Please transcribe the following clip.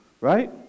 right